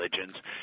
religions